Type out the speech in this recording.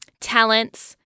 talents